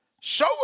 Show